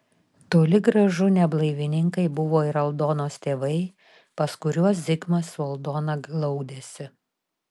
toli gražu ne blaivininkai buvo ir aldonos tėvai pas kuriuos zigmas su aldona glaudėsi